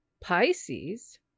Pisces